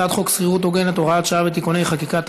הצעת חוק שכירות הוגנת (הוראת שעה ותיקוני חקיקה),